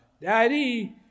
Daddy